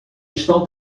estão